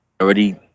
already